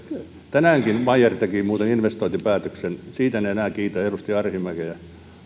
tänäänkin bayer muuten teki investointipäätöksen siitä en enää kiitä edustaja arhinmäkeä